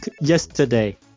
yesterday